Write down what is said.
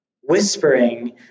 whispering